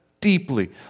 deeply